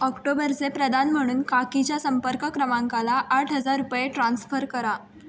ऑक्टोबरचे प्रदान म्हणून काकीच्या संपर्क क्रमांकाला आठ हजार रुपये ट्रान्स्फर करा